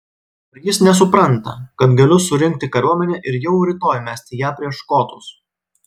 ar jis nesupranta kad galiu surinkti kariuomenę ir jau rytoj mesti ją prieš škotus